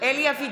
(קוראת בשמות חברי הכנסת) אלי אבידר,